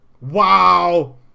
Wow